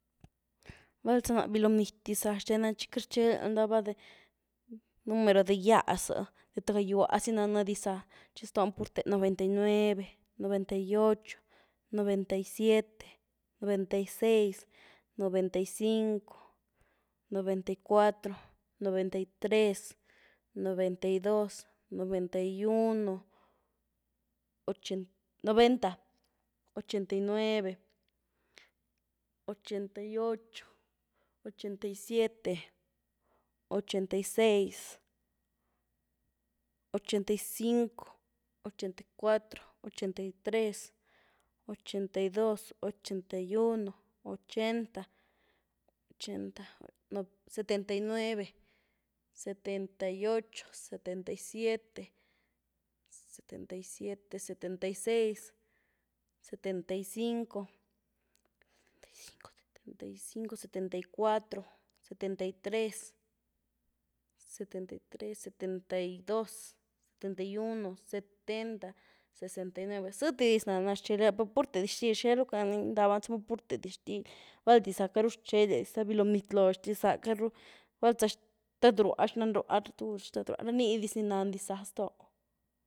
Val za ná bilóh bnity diza xtená txi queity rú rcheldya rndaba de número de gýá zy, de tuby gaywá zy naná dixza, txi ztóny purtë noventa y nueve, noventa y ocho, noventa y siete noventa y seis, noventa y cinco, noventa y cuatro, noventa y tres noventa y dos, noventa y uno, ochenta, noventa!, ochenta y nueve, ochenta y ocho, cohetnta y siete, ochenta y seis, ochenta y cinco, ochenta y cuatro, ochetnta y tres ochenta y dos, ochenta y uno, ochenta, ochenta, nov, setenta y nueve, setenta y ocho, setenta y siete, setenta y siente, setenta y seis, setenta y cinco, setenta y cinco, setentay cuatro, setenta y tres, setenta y tres, setenta y dos, setenta y uno, setenta, sesenta y nueve, zëty diz ná na, rtxelia, per purte dixtil, rtxel ruca ni gyndabá per numá púrte dixtil, vál dixza queity rú rtxeldia, biló bnity xtizáh, queity rúh, vál za xtad-róah, xnán-róah, tugul xhtad róah, ra ni diz ní nan dixza ztó.